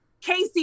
Casey